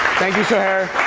thank you, suhair.